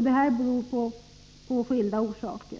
Det har skilda orsaker.